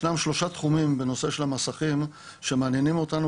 ישנם שלושה תחומים בנושא של המסכים שמעניינים אותנו.